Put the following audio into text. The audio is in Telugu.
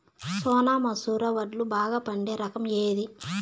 సోనా మసూర వడ్లు బాగా పండే రకం ఏది